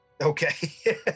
Okay